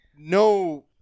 no